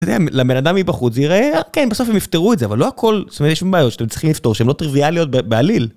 לבנאדם מבחוץ זה ייראה, כן בסוף הם יפתרו את זה, אבל לא הכל, זאת אומרת יש שם בעיות שאתם צריכים לפתור, שהן לא טריוויאליות בעליל.